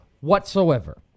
whatsoever